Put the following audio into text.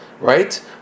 right